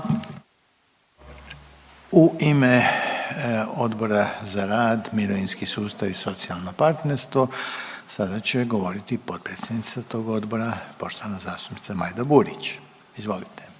U ime Odbora za rad, mirovinski sustav i socijalno partnerstvo, sada će govoriti potpredsjednica tog odbora, poštovana zastupnica Majda Burić. Izvolite.